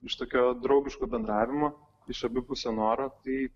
iš tokio draugiško bendravimo iš abipusio noro tai